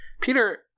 Peter